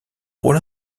rôle